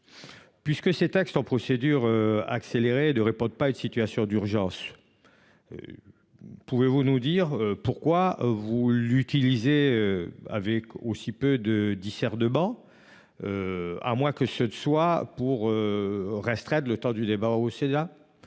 Puisque ses textes en procédure accélérée de répondent pas une situation d'urgence. Pouvez-vous nous dire pourquoi vous l'utilisez avec aussi peu de dissert de banc. À moins que ce soit pour. Restreindre le temps du débat au Sénat.